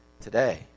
today